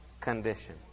condition